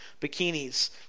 bikinis